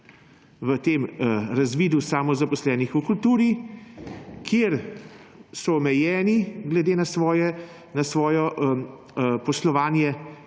v tem razvidu samozaposlenih v kulturi, kjer so omejeni glede na svoje poslovanje.